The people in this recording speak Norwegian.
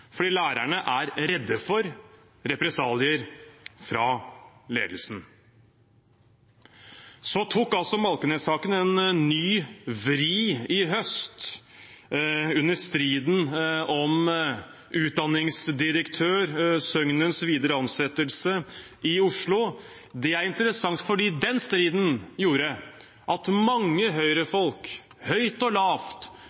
fordi lærerne er redde for represalier fra ledelsen. Så tok Malkenes-saken en ny vri i høst – under striden om utdanningsdirektør Søgnens videre ansettelse i Oslo. Det er interessant fordi den striden gjorde at mange